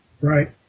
right